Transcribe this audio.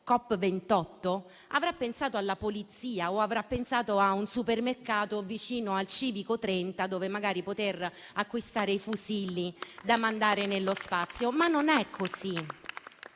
COP28, avrà pensato alla polizia o avrà pensato a un supermercato vicino al civico 30, dove magari poter acquistare i fusilli da mandare nello spazio. Ma non è così.